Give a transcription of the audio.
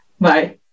Bye